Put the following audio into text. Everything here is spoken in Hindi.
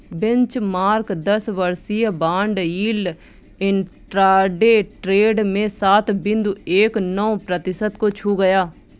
बेंचमार्क दस वर्षीय बॉन्ड यील्ड इंट्राडे ट्रेड में सात बिंदु एक नौ प्रतिशत को छू गया